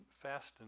fasten